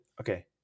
okay